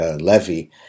Levy